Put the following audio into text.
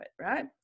right